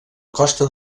costa